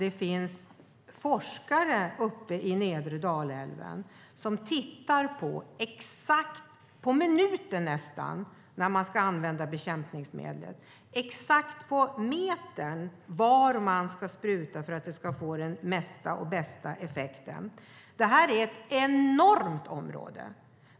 Det finns forskare uppe i nedre Dalälven som tittar på exakt - nästan på minuten - när man ska använda bekämpningsmedel och exakt på metern var man ska spruta för att det ska få den mesta och bästa effekten. Detta är ett enormt område.